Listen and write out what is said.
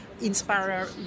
inspire